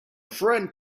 friend